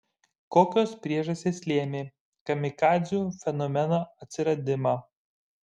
kokios priežastys lėmė kamikadzių fenomeno atsiradimą